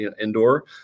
indoor